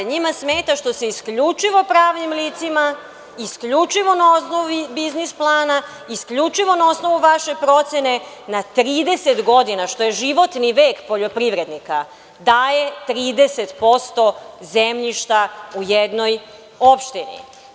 Njima smeta što se isključivo pravnim licima, isključivo na osnovu biznis plana, isključivo na osnovu vaše procene na 30 godina, što je životni vek poljoprivrednika, daje 30% zemljišta u jednoj opštini.